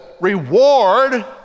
reward